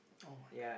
[oh]-my-god